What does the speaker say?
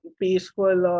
peaceful